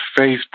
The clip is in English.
Facebook